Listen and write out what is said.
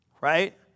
right